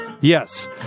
Yes